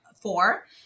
four